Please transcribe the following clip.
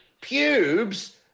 pubes